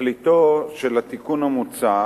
תכליתו של התיקון המוצע